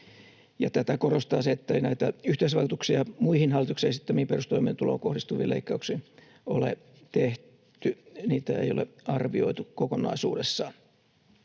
Tätä korostaa se, ettei näitä yhteisvaikutuksia muihin hallituksen esittämiin perustoimeentuloon kohdistuviin leikkauksiin ole arvioitu kokonaisuudessaan.